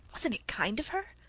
wasn't it kind of her?